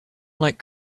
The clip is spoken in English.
like